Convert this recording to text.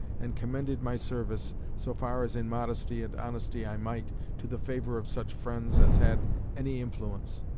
and commended my service, so far as in modesty and honesty i might, to the favour of such friends as had any influence.